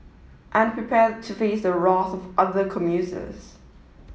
and prepare to face the wrath of other commuters